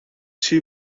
two